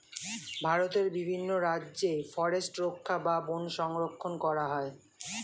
ভারতের বিভিন্ন রাজ্যে ফরেস্ট রক্ষা বা বন সংরক্ষণ করা হয়